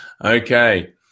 Okay